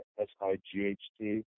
S-I-G-H-T